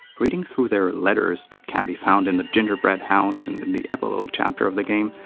reading through their letters that can be found in the gingerbread house and in the epilogue chapter of the game,